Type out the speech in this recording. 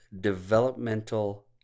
developmental